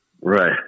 Right